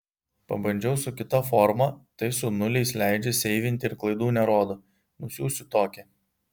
pabandžiau su kita forma tai su nuliais leidžia seivinti ir klaidų nerodo nusiųsiu tokią